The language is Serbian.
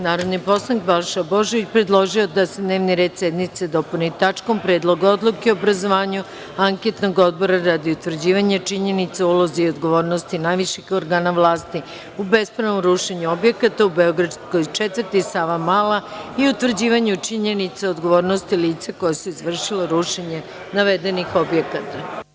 Narodni poslanik Balša Božović, predložio je da se dnevni red sednice dopuni tačkom Predlog odluke o obrazovanju anketnog odbora radi utvrđivanja činjenica u ulozi i odgovornosti najviših organa vlasti u bespravnom rušenju objekata u beogradskoj četvrti Savamala i utvrđivanju činjenica odgovornosti lica koja su izvršila rušenje navedenih objekata.